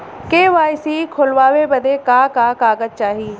KYC खोलवावे बदे का का कागज चाही?